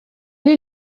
est